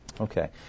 Okay